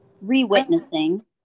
re-witnessing